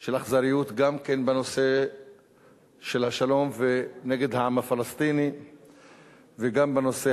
של אכזריות גם בנושא של השלום ונגד העם הפלסטיני וגם בנושא